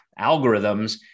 algorithms